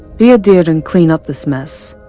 be a dear and clean up this mess.